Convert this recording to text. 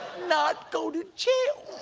not go to jail.